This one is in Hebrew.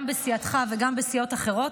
גם בסיעתך וגם בסיעות אחרות,